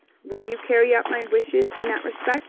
will you carry out my wishes in that respect